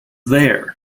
there